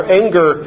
anger